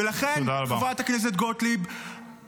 ולכן, חברת הכנסת גוטליב -- תודה רבה.